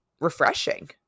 refreshing